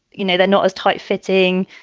you know, they're not as tight fitting.